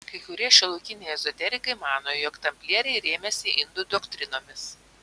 kai kurie šiuolaikiniai ezoterikai mano jog tamplieriai rėmėsi indų doktrinomis